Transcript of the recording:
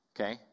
Okay